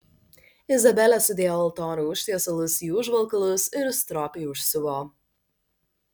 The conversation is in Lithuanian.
izabelė sudėjo altorių užtiesalus į užvalkalus ir stropiai užsiuvo